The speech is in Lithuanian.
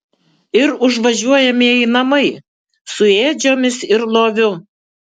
ir užvažiuojamieji namai su ėdžiomis ir loviu